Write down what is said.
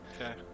Okay